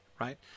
right